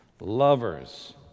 lovers